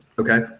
Okay